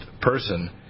person